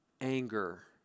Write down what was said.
Anger